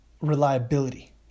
reliability